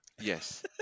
Yes